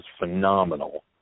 phenomenal